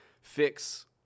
fix